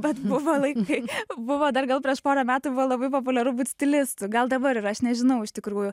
bet buvo laikai buvo dar gal prieš porą metų labai populiaru būt stilistu gal dabar yra aš nežinau iš tikrųjų